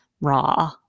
raw